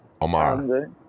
Omar